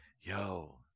yo